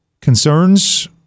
Concerns